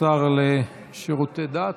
השר לשירותי דת.